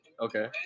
Okay